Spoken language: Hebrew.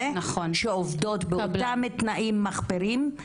שעובדות אף הן באותם התנאים המחפירים,